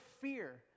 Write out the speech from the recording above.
fear